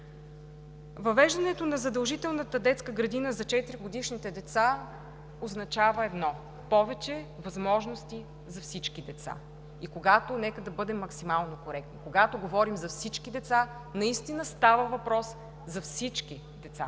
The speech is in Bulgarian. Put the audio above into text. Въвеждането на задължителната детска градина за четиригодишните деца означава едно: повече възможности за всички деца, и когато – нека да бъдем максимално коректни, говорим за всички деца, наистина става въпрос за всички деца,